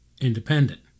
independent